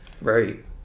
right